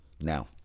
Now